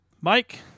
Mike